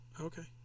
Okay